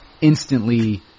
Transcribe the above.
instantly